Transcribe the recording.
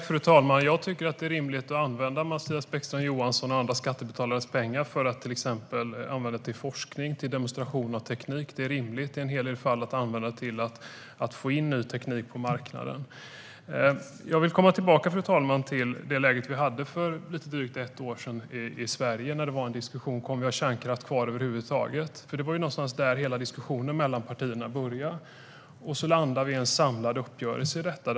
Fru talman! Jag tycker att det är rimligt att använda Mattias Bäckström Johanssons och andra skattebetalares pengar till exempel till forskning och till demonstration av teknik. Det är rimligt i en hel del fall att använda dem till att få in ny teknik på marknaden. Fru talman! Jag vill komma tillbaka till det läge vi hade i Sverige för lite drygt ett år sedan, när det var en diskussion om detta: Kommer vi att ha kärnkraft kvar över huvud taget? Det var någonstans där som hela diskussionen mellan partierna började. Och vi landade i en samlad uppgörelse om detta.